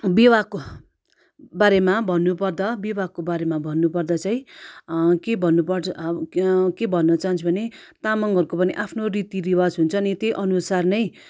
विवाहको बारेमा भन्नु पर्दा विवाहको बारेमा भन्नु पर्दा चाहिँ के भन्नु पर्छ के भन्न चाहन्छु भने तामाङहरूको पनि आफ्नो रीति रिवाज हुन्छ नि त्यही अनुसार नै